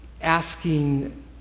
asking